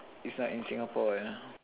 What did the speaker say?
is not in Singapore yeah